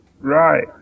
Right